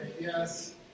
Yes